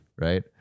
right